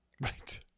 right